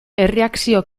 erreakzio